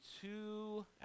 two